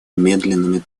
медленными